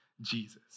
Jesus